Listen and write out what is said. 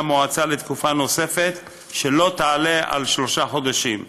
המועצה לתקופה נוספת שלא תעלה על שלושה חודשים.